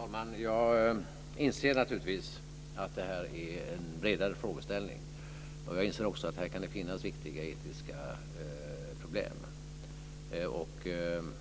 Fru talman! Jag inser naturligtvis att det här gäller en bredare frågeställning. Jag inser också att det här kan finnas viktiga etiska problem och även